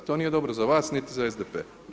To nije dobro za vas, niti za SDP.